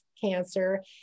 cancer